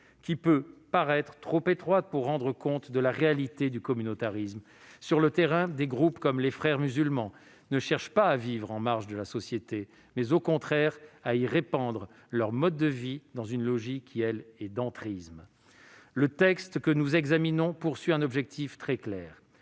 qui peut paraître trop étroite pour rendre compte de la réalité du communautarisme. Sur le terrain, des groupes comme les Frères musulmans cherchent non pas à vivre en marge de la société, mais, au contraire, à y répandre leur mode de vie, dans une logique qui relève de l'entrisme. Le texte que nous examinons fixe un objectif très clair